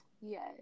Yes